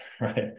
right